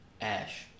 Ash